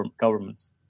governments